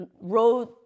road